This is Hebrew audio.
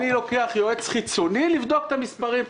אני לוקח יועץ חיצוני לבדוק את המספרים,